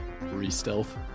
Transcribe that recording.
re-stealth